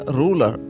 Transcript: ruler